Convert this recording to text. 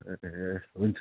ए हुन्छ